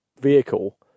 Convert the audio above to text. vehicle